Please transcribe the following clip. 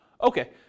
okay